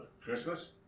Christmas